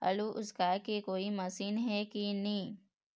आलू उसकाय के कोई मशीन हे कि नी?